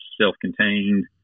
self-contained